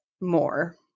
more